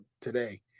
today